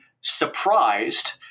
surprised